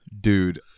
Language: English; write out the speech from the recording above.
Dude